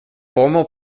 formal